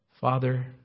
Father